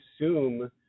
assume